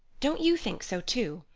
don't you think so, too?